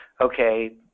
okay